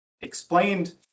explained